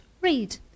read